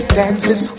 dances